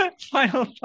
Final